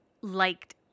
liked